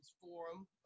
Forum